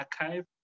archive